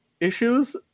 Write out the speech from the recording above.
Issues